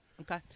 Okay